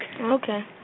Okay